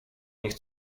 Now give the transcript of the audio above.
nich